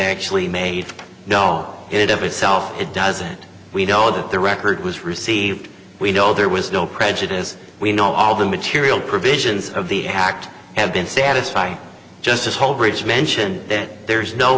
actually made no it of itself it doesn't we know that the record was received we know there was no prejudice we know all the material provisions of the act have been satisfied just this whole bridge mention that there is no